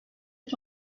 est